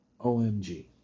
OMG